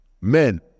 Men